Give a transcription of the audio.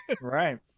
Right